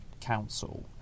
Council